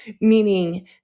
meaning